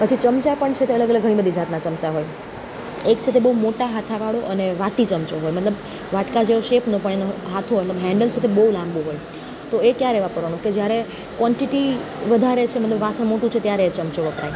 પછી ચમચા પણ છે અલગ અલગ ઘણી બધી જાતના ચમચા હોય એક છે તે બઉ મોટા હાથાવાળો અને વાટી ચમચો હોય મતલબ વાટકા જેવો શેપનો પણ એનો હાથો એટલે હેન્ડલ છે તો બહુ લાંબું હોય તો એ ક્યારે વાપરવાનું કે જ્યારે કોન્ટીટી વધારે છે મતલબ વાસણ મોટું છે છે ત્યારે આ ચમચો વપરાય